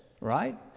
right